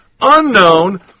Unknown